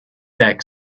back